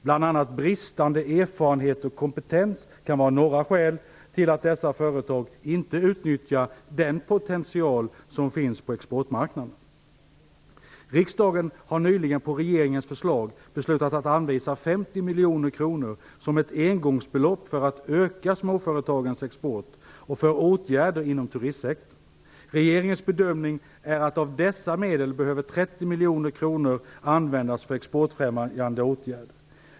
Bl.a. bristande erfarenhet och kompetens kan vara några skäl till att dessa företag inte utnyttjar den potential som finns på exportmarknaderna. Riksdagen har nyligen på regeringen förslag beslutat att anvisa 50 miljoner kronor som ett engångsbelopp för att öka småföretagens export och för åtgärder inom turistsektorn. Regeringens bedömning är att av dessa medel behöver 30 miljoner kronor användas för exportfrämjande åtgärder.